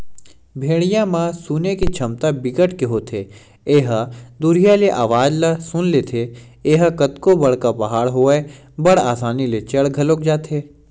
भेड़िया म सुने के छमता बिकट के होथे ए ह दुरिहा ले अवाज ल सुन लेथे, ए ह कतको बड़का पहाड़ होवय बड़ असानी ले चढ़ घलोक जाथे